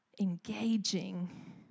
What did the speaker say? Engaging